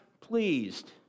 pleased